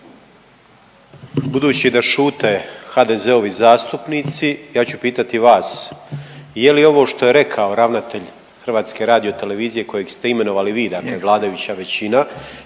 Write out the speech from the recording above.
Budući da šute HDZ-ovi zastupnici ja ću pitati vas. Je li ovo što je rekao ravnatelj HRT-a kojeg ste imenovali vi, dakle vladajuća većina,